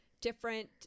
different